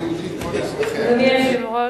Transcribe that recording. אדוני היושב-ראש,